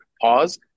pause